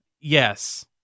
Yes